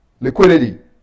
liquidity